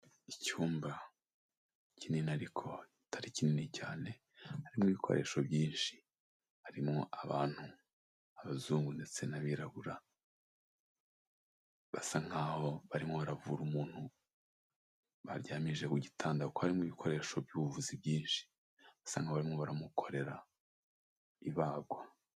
Icyumba kinini ariko atari kinini cyane, harimo ibikoresho byinshi. harimo abantu abazungu ndetse n'abirabura. Basa nkaho barimo baravura umuntu, baryamishije ku gitanda, kuko harimo ibikoresho by'ubuvuzi byinshi. Basa nkaho barimo baramukorera ibagwa.